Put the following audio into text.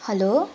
hello